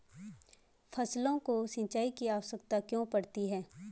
फसलों को सिंचाई की आवश्यकता क्यों पड़ती है?